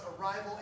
arrival